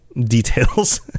details